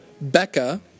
Becca